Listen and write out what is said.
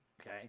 okay